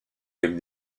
avec